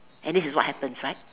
and this is what happens right